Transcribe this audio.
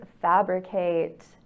Fabricate